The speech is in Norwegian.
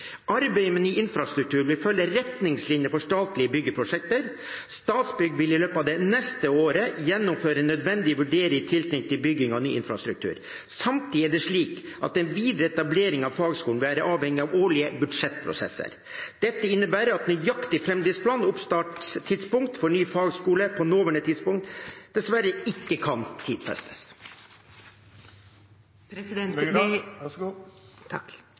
Arbeidet med ny infrastruktur vil følge retningslinjene for statlige byggeprosjekter. Statsbygg vil i løpet av det neste året gjennomføre nødvendige vurderinger i tilknytning til byggingen av ny infrastruktur. Samtidig er det slik at den videre etableringen av fagskolen vil være avhengig av de årlige budsjettprosessene. Dette innebærer at nøyaktig framdriftsplan og oppstartstidspunkt for den nye fagskolen på nåværende tidspunkt dessverre ikke kan